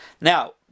Now